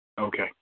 Okay